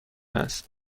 است